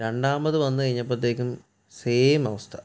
രണ്ടാമത് വന്നു കഴിഞ്ഞപ്പോഴ്ത്തേയ്ക്കും സെയിമ് അവസ്ഥ